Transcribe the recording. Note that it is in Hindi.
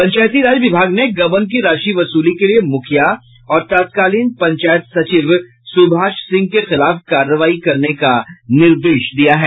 पंचायती राज विभाग ने गबन की राशि वसूली के लिए मुखिया और तत्कालीन पंचायत सचिव सुभाष सिंह के खिलाफ कार्रवाई करने का निर्देश दिया है